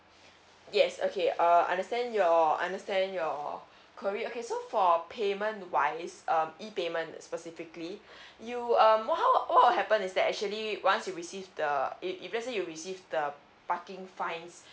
yes okay err understand your understand your query okay so for payment wise um e payment specifically you um how what will happen is that actually once you receive the it if let's say you receive the parking fines